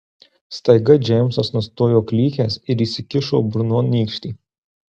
staiga džeimsas nustojo klykęs ir įsikišo burnon nykštį